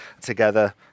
together